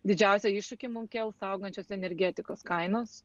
didžiausią iššūkį mum kels augančios energetikos kainos